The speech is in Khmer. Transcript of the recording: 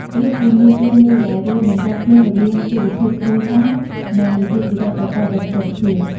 វាជាមាគ៌ាមួយដែលរួមបញ្ចូលគ្នារវាងជីវភាពគ្រួសារ និងវិជ្ជាជីវៈប្រកបដោយប្រសិទ្ធភាព។